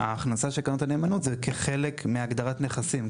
וההכנסה של קרנות הנאמנות זה כחלק מהגדרת נכסים.